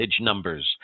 numbers